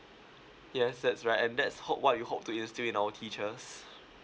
yes that's right and that's hope what we hope to instil in our teachers